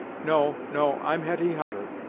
no, no i'm hetty hutter,